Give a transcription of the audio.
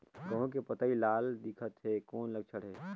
गहूं के पतई लाल दिखत हे कौन लक्षण हे?